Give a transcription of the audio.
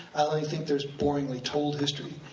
think there's boringly told history.